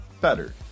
better